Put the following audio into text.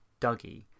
Dougie